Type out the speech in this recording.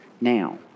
now